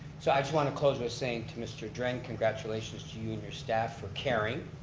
so i just want to close with saying to mr. dren, congratulations to you and your staff for caring.